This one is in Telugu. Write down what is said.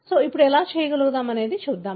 కాబట్టి అది ఎలా చేస్తుందో చూద్దాం